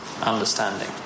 understanding